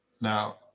Now